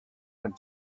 went